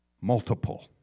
multiple